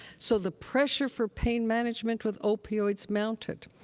so the pressure for pain management with opioids mounted.